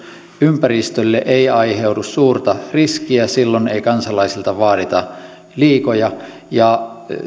ympäristölle ei aiheudu suurta riskiä silloin ei kansalaisilta vaadita liikoja ja juuri